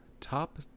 top